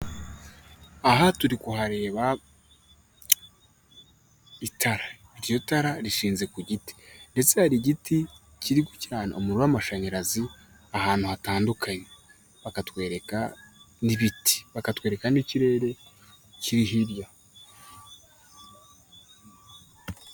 Aha turi kuhareba itara iryo tara rishinze ku giti, ndetse hari igiti kiri gucana umuriro w'amashanyarazi, ahantu hatandukanye, bakatwereka n'ibiti bakatwereka n'ikirere kiri hirya.